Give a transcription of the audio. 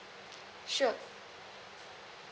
sure